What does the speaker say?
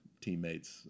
teammates